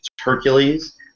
Hercules